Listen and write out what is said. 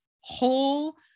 whole